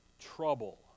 Trouble